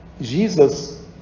Jesus